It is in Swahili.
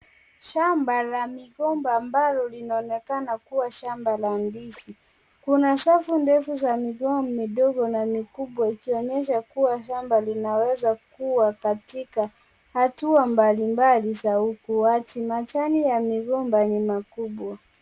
Shamba la migomba ambalo linaonekana kuwa shamba la ndizi, kuna safu ndefu za migomba ndogo na mikubwa ikionyesha kuwa, shamba linawezakuwa katika hatua mbalimbali za ukuaji, majani ya migomba ni makubwa.